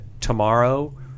tomorrow